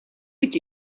гэж